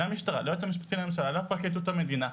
למשטרה, ליועץ המשפטי לממשלה, לפרקליטות המדינה.